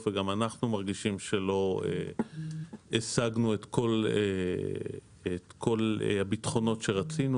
וגם אנחנו מרגישים שלא השגנו את כל הביטחונות שרצינו,